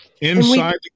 Inside